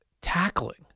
tackling